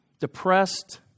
depressed